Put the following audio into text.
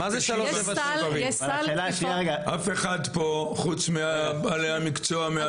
יש סל תקיפות -- אף אחד פה חוץ מבעלי המקצוע,